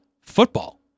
football